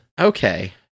Okay